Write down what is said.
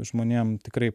žmonėm tikrai